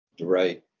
Right